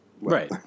Right